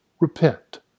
repent